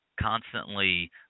constantly